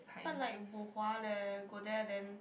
what like bo hua leh go there then